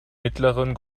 mittleren